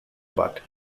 but